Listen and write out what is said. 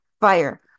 fire